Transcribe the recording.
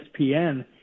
ESPN